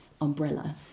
umbrella